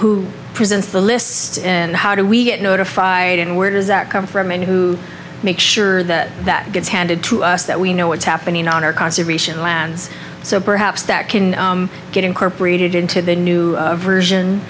who presents the lists and how do we get notified and where does that come from and who make sure that that gets handed to us that we know what's happening on our conservation lands so perhaps that can get incorporated into the new version